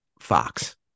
Fox